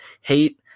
hate